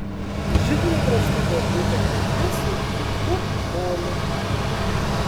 židinio kraštai buvo apdėti akmenimis ir plūktu moliu